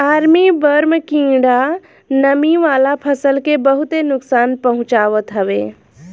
army worm कीड़ा नमी वाला फसल के बहुते नुकसान पहुंचावत हवे